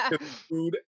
food